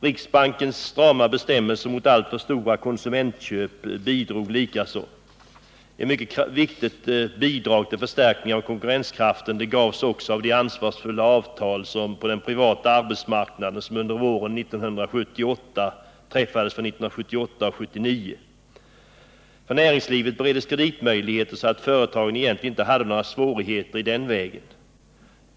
Riksbankens strama bestämmelser mot alltför stora konsumentköp bidrog likaså. Ett mycket viktigt bidrag till förstärkning av konkurrenskraften gavs också av det ansvarsfulla avtal som träffades på den privata arbetsmarknaden våren 1978 för 1978 och 1979. Näringslivet bereddes kreditmöjligheter, så att företagen egentligen inte hade några svårigheter i den vägen.